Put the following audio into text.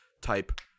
type